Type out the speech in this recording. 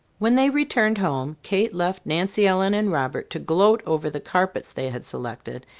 when they returned home, kate left nancy ellen and robert to gloat over the carpets they had selected,